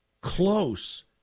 close